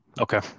Okay